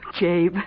Jabe